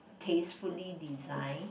tastefully design